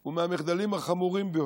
הוא מהמחדלים החמורים ביותר,